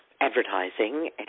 advertising